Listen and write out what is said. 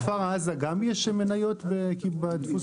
נירה, לקיבוץ כפר עזה גם יש מניות בדפוס בארי?